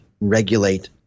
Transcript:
regulate